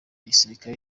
gisirikare